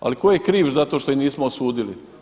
Ali tko je kriv za to što ih nismo osudili?